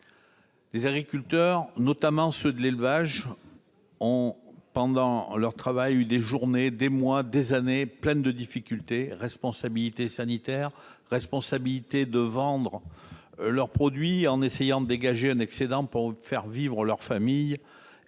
Les agriculteurs, notamment les éleveurs, ont eu des journées, des mois, des années pleines de difficultés : responsabilité sanitaire, responsabilité de vendre leurs produits en essayant de dégager un excédent pour faire vivre leur famille